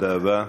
תודה רבה.